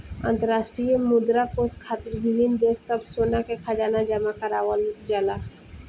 अंतरराष्ट्रीय मुद्रा कोष खातिर विभिन्न देश सब सोना के खजाना जमा करावल जाला